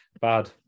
Bad